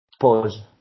Pause